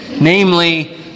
namely